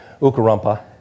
Ukarumpa